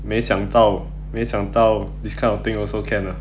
没想到没想到 this kind of thing also can ah